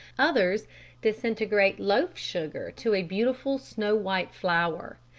others disintegrate loaf sugar to a beautiful snow-white flour.